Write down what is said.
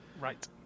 Right